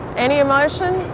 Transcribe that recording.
any emotion,